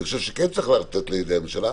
אני חושב שכן צריך לתת בידי הממשלה,